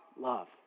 love